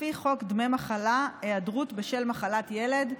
לפי חוק דמי מחלה (היעדרות בשל מחלת ילד),